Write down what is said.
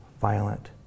violent